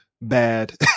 bad